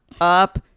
up